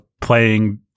playing –